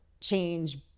change